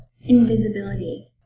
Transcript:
Invisibility